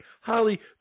Holly